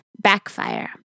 backfire